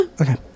Okay